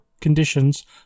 conditions